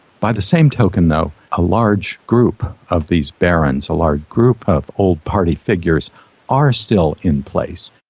by the same token though, a large group of these barons, a large group of old party figures are still in place.